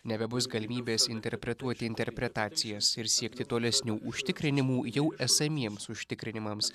nebebus galimybės interpretuoti interpretacijas ir siekti tolesnių užtikrinimų jau esamiems užtikrinimams